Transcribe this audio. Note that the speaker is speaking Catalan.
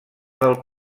del